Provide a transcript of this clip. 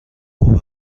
خوبه